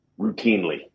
routinely